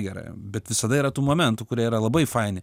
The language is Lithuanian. gera bet visada yra tų momentų kurie yra labai faini